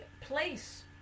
place